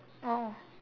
oh